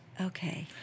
Okay